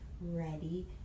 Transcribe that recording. ready